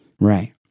Right